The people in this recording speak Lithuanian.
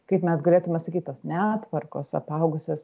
kaip mes galėtume sakyt tos netvarkos apaugusias